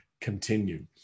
continue